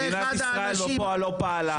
מדינת ישראל בפועל לא פעלה.